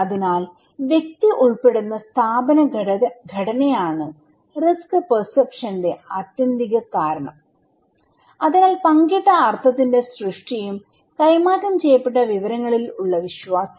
അതിനാൽ വ്യക്തി ഉൾപ്പെടുന്ന സ്ഥാപന ഘടനയാണ് റിസ്ക് പെർസെപ്ഷന്റെ ആത്യന്തിക കാരണം അതിനാൽ പങ്കിട്ട അർത്ഥത്തിന്റെ സൃഷ്ടിയും കൈമാറ്റം ചെയ്യപ്പെട്ട വിവരങ്ങളിൽ ഉള്ള വിശ്വാസവും